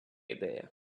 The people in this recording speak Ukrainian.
ідея